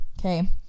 okay